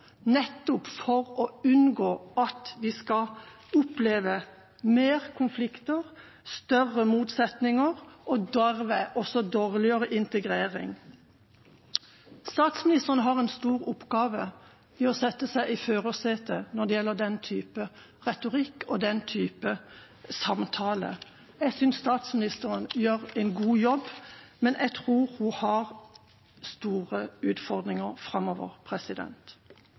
nettopp for å unngå at vi skal oppleve mer konflikt, større motsetninger og derved også dårligere integrering. Statsministeren har en stor oppgave med å sette seg i førersetet når det gjelder den type retorikk og den type samtale. Jeg synes statsministeren gjør en god jobb, men jeg tror hun har store utfordringer framover.